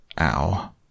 ow